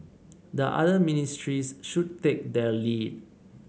the other ministries should take their lead